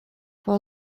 for